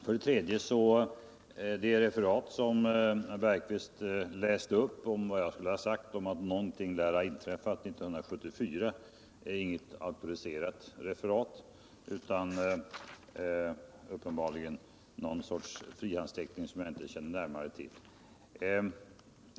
För det tredje är det referat som herr Bergqvist läste upp, enligt vilket jag skulle ha sagt att någonting lär ha inträffat 1974, inget auktoriserat referat utan uppenbarligen någon sorts frihandsteckning som jag inte känner närmare till.